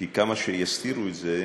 כי כמה שיסתירו את זה,